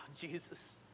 Jesus